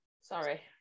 Sorry